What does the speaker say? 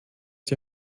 die